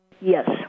Yes